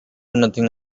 nothing